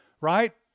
right